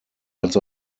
als